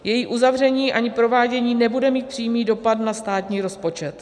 Její uzavření ani provádění nebude mít přímý dopad na státní rozpočet.